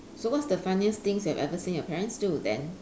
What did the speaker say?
so what's the funniest things that you've ever seen your parents do then